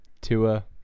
Tua